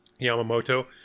Yamamoto